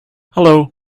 hallo